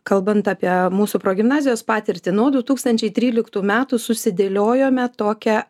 kalbant apie mūsų progimnazijos patirtį nuo du tūkstančiai tryliktų metų susidėliojome tokią